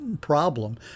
problem